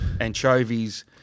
anchovies